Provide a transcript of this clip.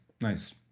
nice